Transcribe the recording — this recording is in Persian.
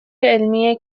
علمی